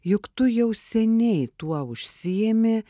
juk tu jau seniai tuo užsiimi